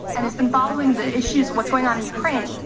and has been following the issues, what's going on in ukraine,